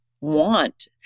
want